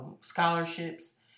scholarships